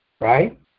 right